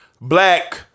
Black